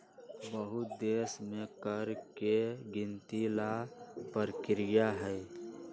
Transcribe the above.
बहुत देश में कर के गिनती ला परकिरिया हई